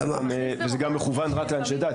וזה גם מכוון רק לאנשי דת,